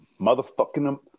motherfucking